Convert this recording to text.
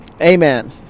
Amen